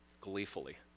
gleefully